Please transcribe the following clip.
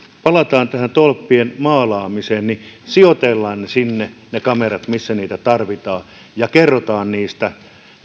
palataan tähän tolppien maalaamiseen sijoitellaan ne kamerat sinne missä niitä tarvitaan ja kerrotaan niistä